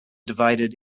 divided